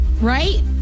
Right